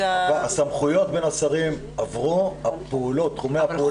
הסמכויות בין השרים עברו, תחומי הפעולות לא עברו.